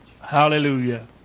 Hallelujah